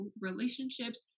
relationships